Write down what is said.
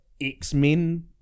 x-men